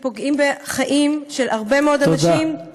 שפוגעים בחיים של הרבה מאוד אנשים.